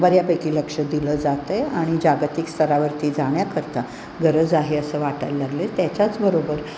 बऱ्यापैकी लक्ष दिलं जातं आहे आणि जागतिक स्तरावरती जाण्याकरता गरज आहे असं वाटायला लागलं आहे त्याच्याचबरोबर